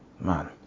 man